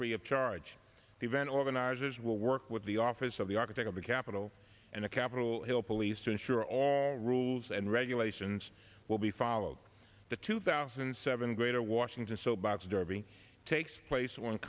free of charge the event organizers will work with the office of the architect of the capitol and the capitol hill police to ensure all rules and regulations will be followed to two thousand and seven greater washington soap box derby takes place on